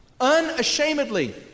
Unashamedly